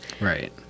Right